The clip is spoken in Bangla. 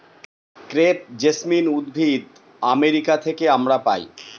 ক্রেপ জেসমিন উদ্ভিদ আমেরিকা থেকে আমরা পাই